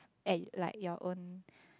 at like your own